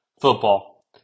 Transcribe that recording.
football